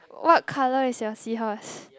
what color is your seahorse